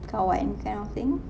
kawan kind of thing